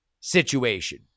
situation